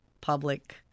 public